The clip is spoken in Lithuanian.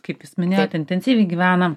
kaip jūs minėjot intensyviai gyvena